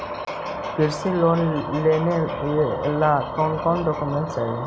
कृषि लोन लेने ला कोन कोन डोकोमेंट चाही?